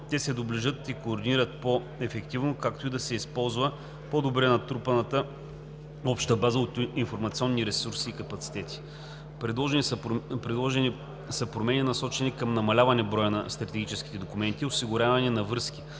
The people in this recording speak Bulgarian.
те се доближат и координират по-ефективно, както и да се използва по-добре натрупаната обща база от информационни ресурси и капацитет. Предложени са промени, насочени към намаляване на броя на стратегическите документи, осигуряване на връзки